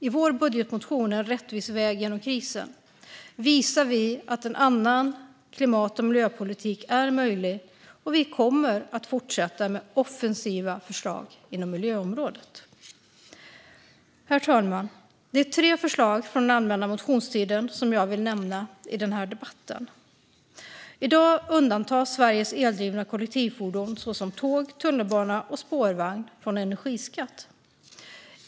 I vår budgetmotion En rättvis väg genom krisen visar vi att en annan klimat och miljöpolitik är möjlig, och vi kommer att fortsätta med offensiva förslag inom miljöområdet. Herr talman! Jag vill ta upp tre förslag från den allmänna motionstiden i den här debatten. I dag undantas i Sveriges eldrivna kollektivfordon, såsom tåg, tunnelbana och spårvagn, från energiskatt.